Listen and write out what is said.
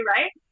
Right